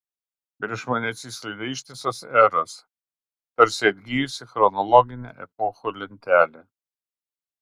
prieš mane atsiskleidė ištisos eros tarsi atgijusi chronologinė epochų lentelė